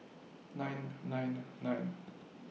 nine nine nine